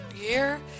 year